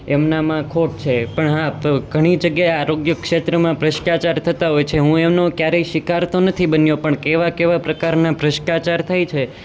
એમનામાં ખોટ છે પણ હા ઘણી જગ્યાએ આરોગ્ય ક્ષેત્રમાં ભ્રષ્ટાચાર થતા હોય છે હું એનો ક્યારેય શિકાર તો નથી બન્યો પણ કેવા કેવા પ્રકારના ભ્રષ્ટાચાર થાય છે